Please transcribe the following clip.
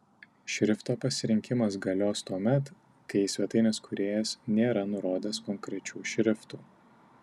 šrifto pasirinkimas galios tuomet kai svetainės kūrėjas nėra nurodęs konkrečių šriftų